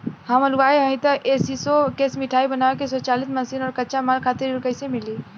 हम हलुवाई हईं त ए.सी शो कैशमिठाई बनावे के स्वचालित मशीन और कच्चा माल खातिर ऋण कइसे मिली?